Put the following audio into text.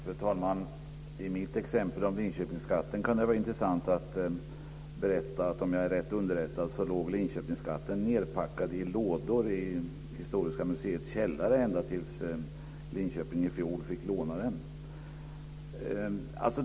Fru talman! Om jag är rätt underrättad låg Linköpingsskatten nedpackad i lådor i Historiska museets källare ända tills Linköping fick låna den i fjol.